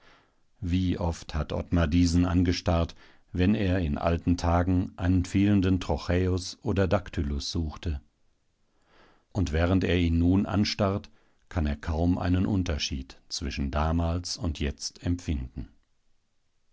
wie oft hat ottmar diesen angestarrt wenn er in alten tagen einen fehlenden trochäus oder daktylus suchte und während er ihn nun anstarrt kann er kaum einen unterschied zwischen damals und jetzt empfinden